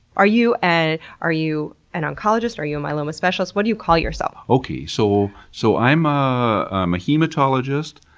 are you and are you an oncologist, are you a myeloma specialist? what do you call yourself? okay, so, so, i'm ah um a hematologist,